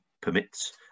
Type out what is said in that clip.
permits